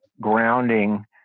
grounding